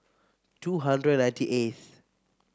two hundred ninety eighth